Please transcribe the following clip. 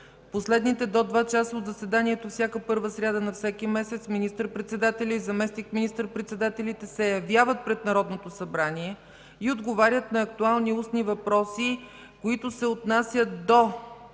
последните до два часа от заседанието всяка първа сряда на всеки месец министър-председателят и заместник министър-председателите се явяват пред Народното събрание и отговарят на актуални устни въпроси, които се отнасят до